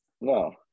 no